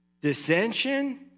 dissension